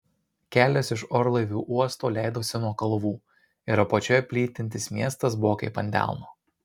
kelias iš orlaivių uosto leidosi nuo kalvų ir apačioje plytintis miestas buvo kaip ant delno